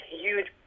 huge